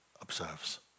observes